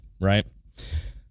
right